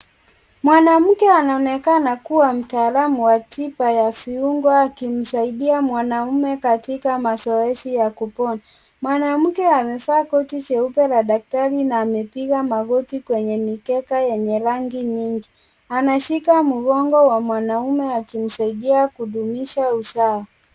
Mwanamke anaonekana kuwa mtaalamu wa tiba ya viungo, akimsaidia mwanamme katika mazoezi ya kupona. Mwanamke amevaa koti jeupe la daktari na amepiga magoti kwenye mikeka yenye rangi nyingi. Anashika mgongo wa mwanaume, akimsaidia kudumisha usawa.